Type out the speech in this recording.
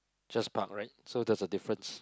just park right so there's a difference